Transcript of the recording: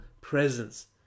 presence